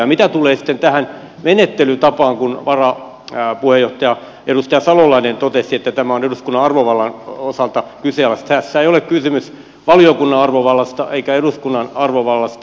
mitä tulee sitten tähän menettelytapaan kun varapuheenjohtaja edustaja salolainen totesi että tämä on eduskunnan arvovallan osalta kyseenalaista niin tässä ei ole kysymys valiokunnan arvovallasta eikä eduskunnan arvovallasta